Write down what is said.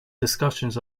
discussions